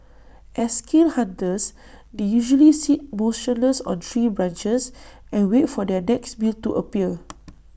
as skilled hunters they usually sit motionless on tree branches and wait for their next meal to appear